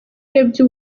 urebye